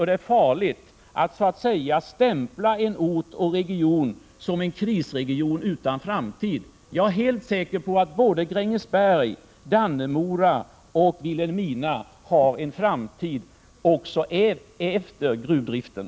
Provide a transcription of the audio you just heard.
Det är farligt att stämpla en ort eller region som en krisregion utan framtid. Jag är helt säker på att Grängesberg, Dannemora och Vilhelmina har en framtid också efter gruvdriften.